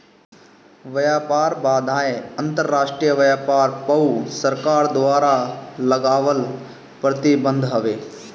व्यापार बाधाएँ अंतरराष्ट्रीय व्यापार पअ सरकार द्वारा लगावल प्रतिबंध हवे